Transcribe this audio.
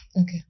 Okay